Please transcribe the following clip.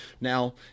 Now